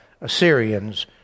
Assyrians